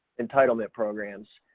entitlement programs.